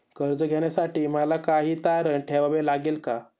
कर्ज घेण्यासाठी मला काही तारण ठेवावे लागेल का?